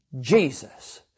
Jesus